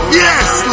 yes